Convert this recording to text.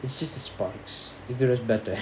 it's just the sparks it's better